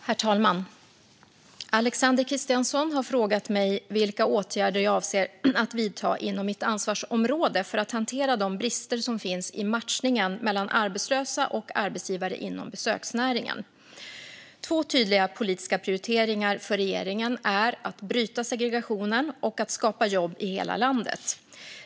Herr talman! Alexander Christiansson har frågat mig vilka åtgärder jag avser att vidta inom mitt ansvarsområde för att hantera de brister som finns i matchningen mellan arbetslösa och arbetsgivare inom besöksnäringen. Två tydliga politiska prioriteringar för regeringen är att bryta segregationen och att skapa jobb i hela landet.